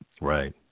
Right